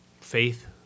faith